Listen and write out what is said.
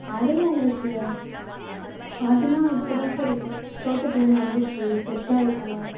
அதெல்லாம் இல்லை சார் அதெலாம் இப்போ தான் சார் இது தோட்டத்திலேருந்து வந்துச்சு ஃபிரெஷ்ஷாக இருக்கும்